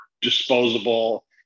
disposable